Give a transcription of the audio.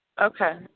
Okay